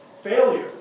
failure